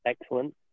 excellent